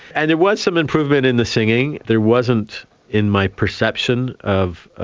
and there was some improvement in the singing, there wasn't in my perception of,